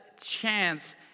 chance